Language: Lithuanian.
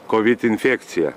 kovid infekcija